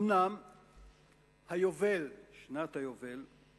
אומנם היובל, שנת היובל,